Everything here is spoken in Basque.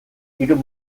hiru